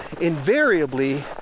invariably